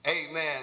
Amen